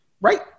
Right